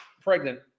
pregnant